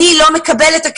אני לא מקבלת את הכסף.